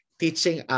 teaching